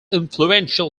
influential